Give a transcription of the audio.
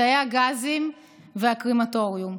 בתאי הגזים ובקרמטוריום.